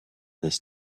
this